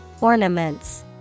Ornaments